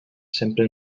sempre